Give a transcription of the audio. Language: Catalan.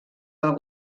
del